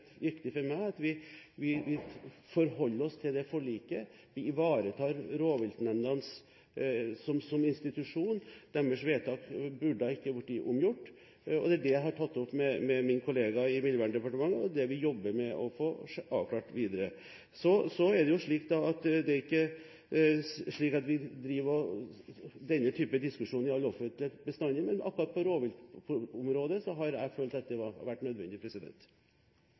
viktig for meg at vi forholder oss til det forliket, og at vi ivaretar rovviltnemndene som institusjon. Deres vedtak burde ikke vært omgjort. Det er det jeg har tatt opp med min kollega i Miljøverndepartementet, og det vi jobber med å få avklart. Det er ikke slik at vi driver denne typen diskusjon i all offentlighet, men akkurat på rovviltområdet har jeg følt at det har vært nødvendig.